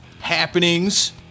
happenings